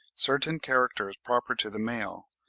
certain characters proper to the male,